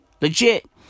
Legit